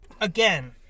again